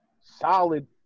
solid